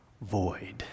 void